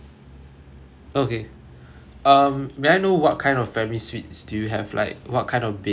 okay um may I know what kind of family suites do you have like what kind of beds